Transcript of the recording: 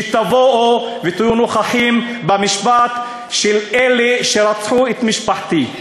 שתבואו ותהיו נוכחים במשפט של אלה שרצחו את משפחתי.